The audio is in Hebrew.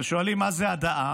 ושואלים: מה זה הדאה